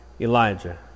Elijah